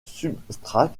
substrat